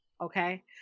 okay